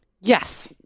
Yes